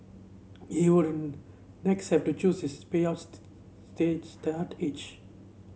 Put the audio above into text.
he would next have to choose his payout state start age